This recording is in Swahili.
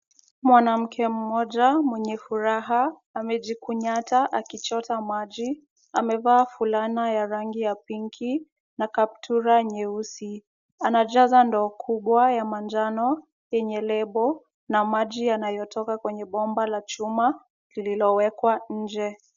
Mwanamke mmoja mwenye furaha amejikunyata akichota maji. Amevaa fulana ya rangi ya pinki na kaptura nyeusi. Anajaza ndoo kubwa ya manjano yenye lebo na maji yanayotoka kwenye bomba la chuma liliowekwa nje.